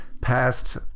past